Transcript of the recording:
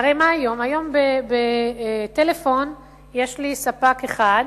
היום בטלפון יש לי ספק אחד,